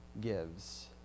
gives